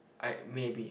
I maybe